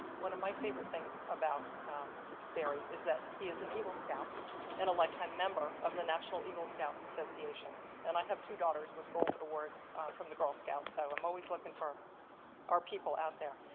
one of my favorite things about barrie is that he is an eagle scout and a lifetime member of the national eagle scout association and i have two daughters with gold awards from the girl scouts, so i'm always looking for our people out there.